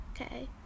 Okay